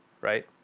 right